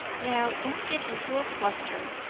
now, don't get into a fluster.